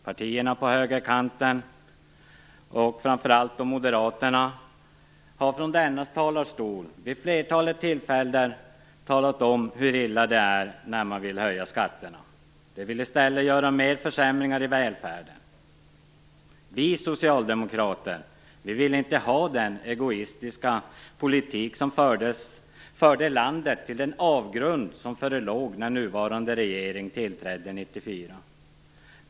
Partierna på högerkanten, framför allt Moderaterna, har från denna talarstol vid ett flertal tillfällen talat om hur illa det är att höja skatterna. De vill i stället göra mer försämringar i välfärden. Vi socialdemokrater vill inte ha den egoistiska politik som fört landet till den avgrund som förelåg när nuvarande regering tillträdde 1994.